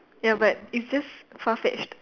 ya but it's just far-fetched